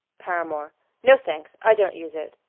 paramore no, thanks. i don't use it.